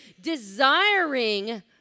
desiring